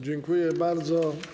Dziękuję bardzo.